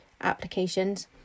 applications